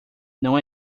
não